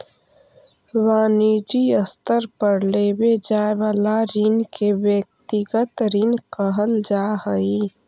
वनिजी स्तर पर लेवे जाए वाला ऋण के व्यक्तिगत ऋण कहल जा हई